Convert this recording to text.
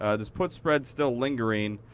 ah this put spread's still lingering.